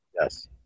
Yes